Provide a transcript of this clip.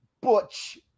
Butch